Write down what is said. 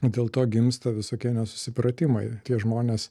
dėl to gimsta visokie nesusipratimai tie žmonės